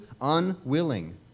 unwilling